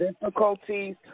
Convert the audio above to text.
difficulties